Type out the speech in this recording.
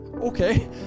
Okay